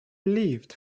relieved